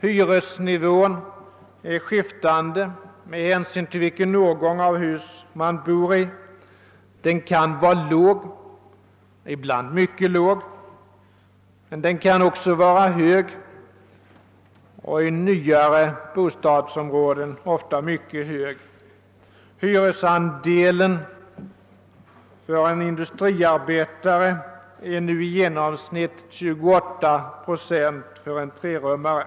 Hyresnivån är skiftande med hänsyn till vilken årgång av hus man bor i. Den kan vara låg, ibland mycket låg, men den kan också vara hög, i nyare bostadsområden ofta mycket hög. Hyresandelen av en industriarbetares inkomst är nu i genomsnitt 28 procent för en trerummare.